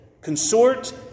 consort